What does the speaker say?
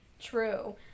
True